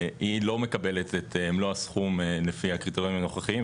היא לא מקבלת את מלוא הסכום לפי הקריטריונים הנוכחיים,